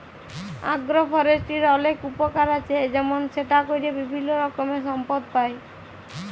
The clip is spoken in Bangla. আগ্র ফরেষ্ট্রীর অলেক উপকার আছে যেমল সেটা ক্যরে বিভিল্য রকমের সম্পদ পাই